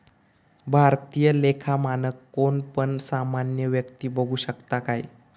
भारतीय लेखा मानक कोण पण सामान्य व्यक्ती बघु शकता काय?